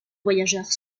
voyageurs